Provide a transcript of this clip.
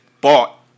bought